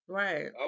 right